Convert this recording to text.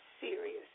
serious